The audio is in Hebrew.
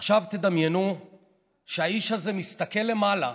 עכשיו תדמיינו שהאיש הזה מסתכל למעלה,